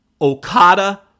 Okada